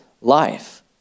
life